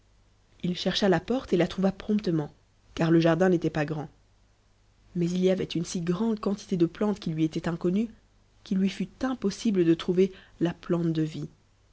il chercha la porte et la trouva promptement car le jardin n'était pas grand mais il y avait une si grande quantité de plantes qui lui étaient inconnues qu'il lui fut impossible de trouver la plante de vie